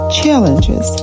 challenges